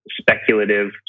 speculative